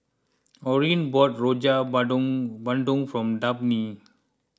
Orene bought Rojak Bandung Bandung for Dabney